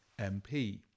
MP